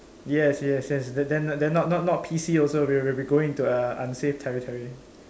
yes yes yes they they're not not not P_C also we we'll be going into uh unsafe territory